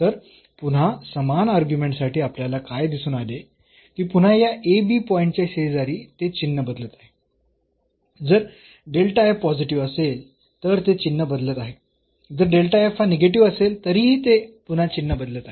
तर पुन्हा समान अर्ग्युमेंट साठी आपल्याला काय दिसून आले की पुन्हा या पॉईंटच्या शेजारी ते चिन्ह बदलत आहे जर पॉझिटिव्ह असेल तर ते चिन्ह बदलत आहे जर हा निगेटिव्ह असेल तरीही ते पुन्हा चिन्ह बदलत आहे